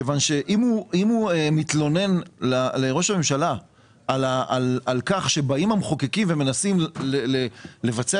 כיוון שאם הוא מתלונן לראש הממשלה על כך שבאים המחוקקים ומנסים לבצע